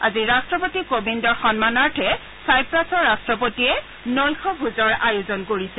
আজি ৰাট্টপতি কোবিন্দৰ সন্মানাৰ্থে ছাইপ্ৰাছৰ ৰাষ্ট্ৰপতিয়ে নৈশ ভোজৰ আয়োজন কৰিছে